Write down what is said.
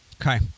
okay